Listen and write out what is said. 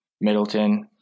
Middleton